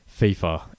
FIFA